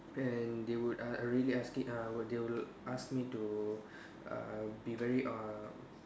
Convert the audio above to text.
and they would uh really ask me uh they will ask me to uh be very uh